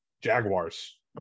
Jaguars